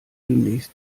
demnächst